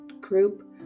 group